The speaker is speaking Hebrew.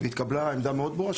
והתקבלה עמדה מאוד ברורה,